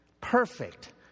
perfect